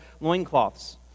loincloths